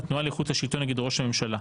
התנועה לאיכות השלטון נגד ראש הממשלה,